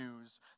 news